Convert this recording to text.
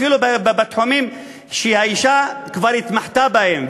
אפילו בתחומים שהאישה כבר התמחתה בהם.